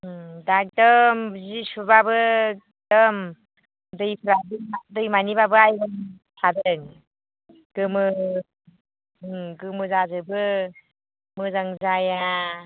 उम दा एकदम जि सुबाबो एकदम दैफ्रा दैमानिबाबो आइरन थादों गोमो गोमो जाजोबो मोजां जाया